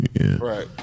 Right